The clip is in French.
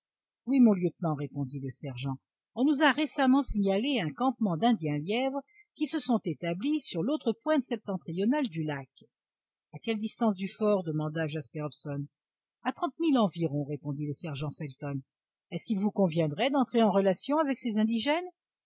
oui mon lieutenant répondit le sergent on nous a récemment signalé un campement dindiens lièvres qui se sont établis sur l'autre pointe septentrionale du lac à quelle distance du fort demanda jasper hobson à trente milles environ répondit le sergent felton est-ce qu'il vous conviendrait d'entrer en relation avec ces indigènes